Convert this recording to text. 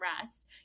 rest